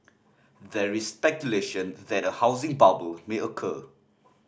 there is speculation that a housing bubble may occur